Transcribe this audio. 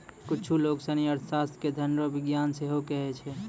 कुच्छु लोग सनी अर्थशास्त्र के धन रो विज्ञान सेहो कहै छै